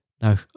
no